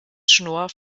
schnorr